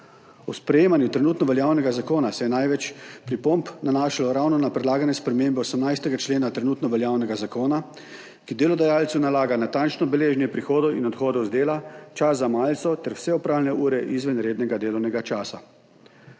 Ob sprejemanju trenutno veljavnega zakona se je največ pripomb nanašalo ravno na predlagane spremembe 18. člena trenutno veljavnega zakona, ki delodajalcu nalaga natančno beleženje prihodov in odhodov z dela, čas za malico ter vse opravljene ure izven rednega delovnega časa.